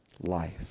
life